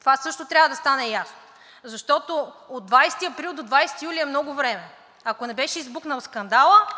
Това също трябва да стане ясно, защото от 20 април до 20 юли е много време. Ако не беше избухнал скандалът,